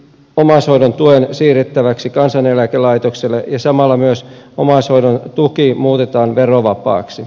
omaishoidon tuen siirrettäväksi kansaneläkelaitokselle ja samalla myös omaishoidon tuki muutetaan verovapaaksi